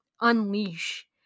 unleash